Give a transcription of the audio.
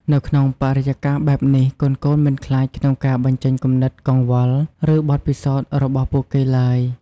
នៅក្នុងបរិយាកាសបែបនេះ កូនៗមិនខ្លាចក្នុងការបញ្ចេញគំនិត កង្វល់ ឬបទពិសោធន៍របស់ពួកគេឡើយ។